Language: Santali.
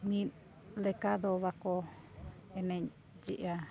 ᱢᱤᱫ ᱞᱮᱠᱟ ᱫᱚ ᱵᱟᱠᱚ ᱮᱱᱮᱡᱮᱜᱼᱟ